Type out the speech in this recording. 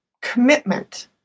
commitment